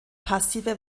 passive